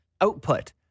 output